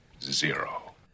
zero